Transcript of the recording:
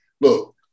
look